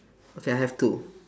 okay I have two